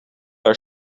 haar